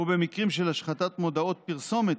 מקרים של השחתת מודעות פרסומת,